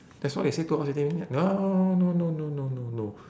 that's what they say two hours fifteen minutes [what] oh no no no no no no